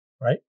Right